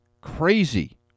crazy